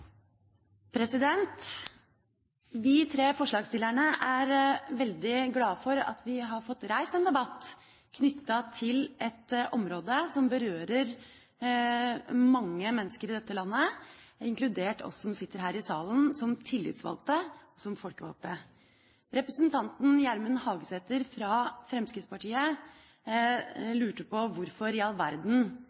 etablerer. Vi tre forslagsstillerne er veldig glad for at vi har fått reist en debatt knyttet til et område som berører mange mennesker i dette landet, inkludert oss som sitter her i salen, som tillitsvalgte, som folkevalgte. Representanten Gjermund Hagesæter fra Fremskrittspartiet lurte på hvorfor i all